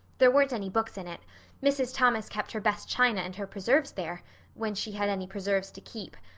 there weren't any books in it mrs. thomas kept her best china and her preserves there when she had any preserves to keep.